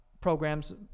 programs